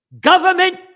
Government